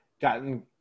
gotten